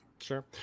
sure